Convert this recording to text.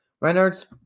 Reynolds